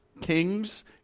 kings